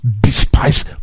despise